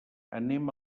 anem